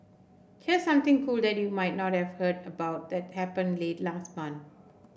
here's something cool that you might not have heard about that happened late last month